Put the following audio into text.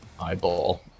eyeball